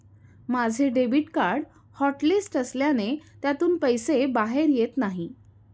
माझे debit card hotlist असल्याने त्यातून पैसे बाहेर येत नाही